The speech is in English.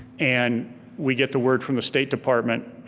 and we get the word from the state department,